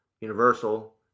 Universal